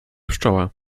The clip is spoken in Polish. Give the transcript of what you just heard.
pszczoła